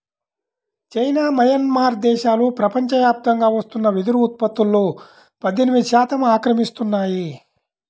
China, Myanmar దేశాలు ప్రపంచవ్యాప్తంగా వస్తున్న వెదురు ఉత్పత్తులో పద్దెనిమిది శాతం ఆక్రమిస్తున్నాయి